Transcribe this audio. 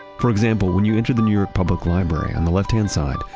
for example, when you enter the new york public library, on the left hand side,